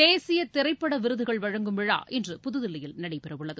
தேசிய திரைப்பட விருதுகள் வழங்கும் விழா இன்று புதுதில்லியில் நடைபெறவுள்ளது